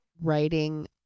writing